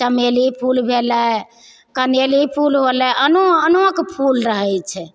चमेली फूल भेलै कनैल फूल होलै आनो आनोकऽ फूल रहैत छै